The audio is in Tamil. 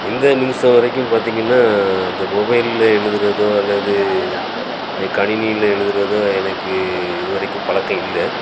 இந்த நிமிடம் வரைக்கும் பார்த்திங்கன்னா இந்த மொபைலில் எழுதுறதோ அல்லது இந்த கணினியில எழுதுறதோ எனக்கு இது வரைக்கும் பழக்கம் இல்லை